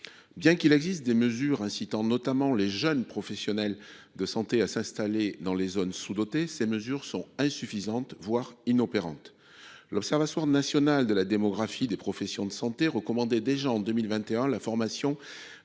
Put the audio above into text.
Bien qu'il existe des mesures incitant notamment les jeunes professionnels de santé à s'installer dans les zones sous-dotées, ces mesures sont insuffisantes, voire inopérantes. L'Observatoire national de la démographie des professions de santé (ONDPS) recommandait déjà en 2021 la formation